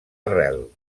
arrel